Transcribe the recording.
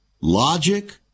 logic